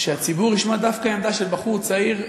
שהציבור ישמע דווקא עמדה של בחור צעיר,